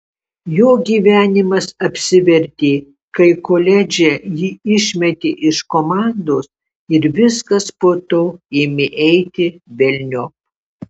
jo gyvenimas apsivertė kai koledže jį išmetė iš komandos ir viskas po to ėmė eiti velniop